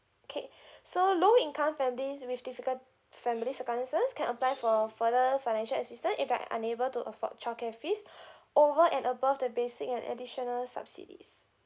okay so low income families with difficult families circumstances can apply for further financial assistance if Iike unable to afford childcare fees over and above the basic and additional subsidies